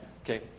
Okay